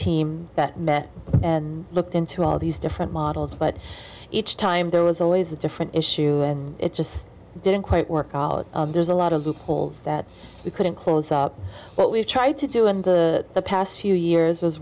team that met and looked into all these different models but each time there was always a different issue it just didn't quite work there's a lot of loopholes that we couldn't close up but we've tried to do in the past few years was